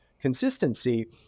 consistency